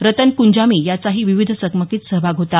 रतन कुंजामी याचाही विविध चकमकीत सहभाग होता